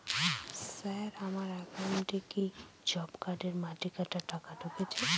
Sir আমার একাউন্টে কি জব কার্ডের মাটি কাটার টাকা ঢুকেছে?